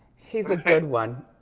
he's a good one.